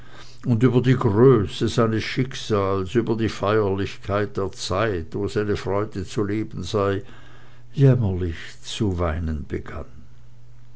und über die größe seines schicksals über die feierlichkeit der zeit wo es eine freude zu leben sei jämmerlich zu weinen begann